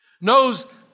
Knows